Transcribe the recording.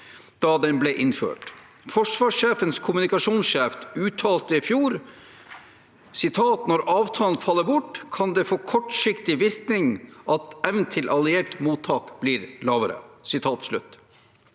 da den ble innført. Forsvarssjefens kommunikasjonssjef uttalte i fjor at «Når avtalen faller bort, kan det få den kortsiktige virkning at evnen til alliert mottak blir lavere».